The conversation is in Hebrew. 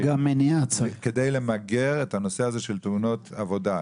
כדי למגר את הנושא הזה של תאונות עבודה.